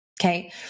Okay